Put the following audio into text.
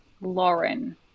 Lauren